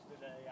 today